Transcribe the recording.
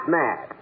mad